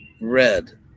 red